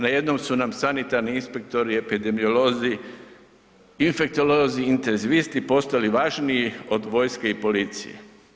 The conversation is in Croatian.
Najednom su nam sanitarni inspektori i epidemiolozi, infektolozi, intenzivisti, postali važniji od vojske i policije.